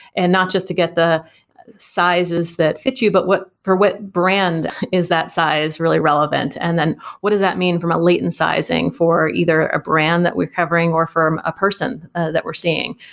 and not just to get the sizes that fit you, but for what brand is that size really relevant. and then what does that mean from a latent sizing for either a brand that we're covering, or from a person that we're seeing.